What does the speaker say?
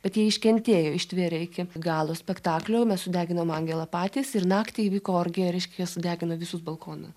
bet jie iškentėjo ištverė iki galo spektaklio mes sudeginom angelą patys ir naktį įvyko orgija reiškia jie sudegino visus balkoną